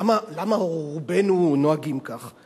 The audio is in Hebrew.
למה רובנו נוהגים כך?